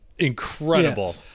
incredible